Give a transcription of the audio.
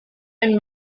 and